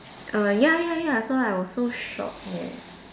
err ya ya ya so I was so shocked leh